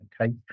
Okay